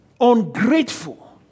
Ungrateful